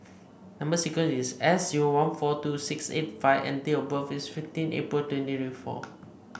number sequence is S zero one four two six eight five and date of birth is fifteen April twenty twenty four